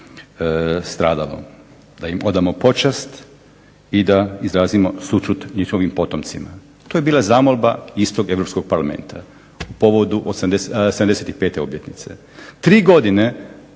da im odamo počast i da im izrazimo sućut njihovim potomcima. To je bila zamolba istog Europskog parlamenta povodom 75. obljetnice. Tri godine